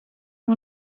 you